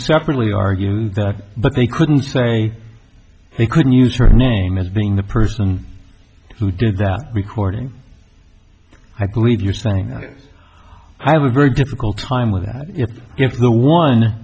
separately argue that but they couldn't say they couldn't use your name as being the person who did that recording i believe you're saying i have a very difficult time with that if the one